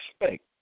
Expect